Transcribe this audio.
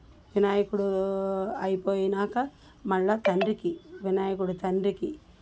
వినాయకుడు అయిపోయినాక వాళ్ళ తండ్రికి వినాయకుడు తండ్రికి